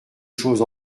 chose